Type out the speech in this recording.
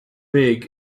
big